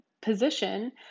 position